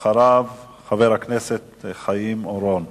אחריו, חבר הכנסת חיים אורון.